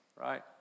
right